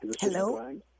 Hello